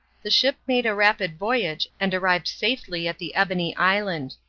the ship made a rapid voyage and arrived safely at the ebony island.